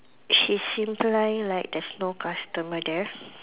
she seem like like there's no customer there